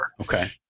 Okay